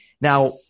Now